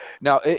now